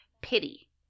Pity